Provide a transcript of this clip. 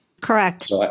Correct